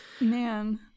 Man